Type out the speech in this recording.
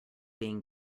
being